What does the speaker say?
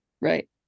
Right